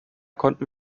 konnten